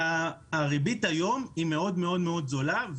הריבית היום היא מאוד מאוד זולה,